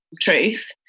truth